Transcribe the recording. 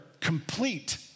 complete